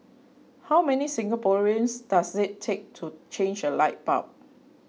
how many Singaporeans does it take to change a light bulb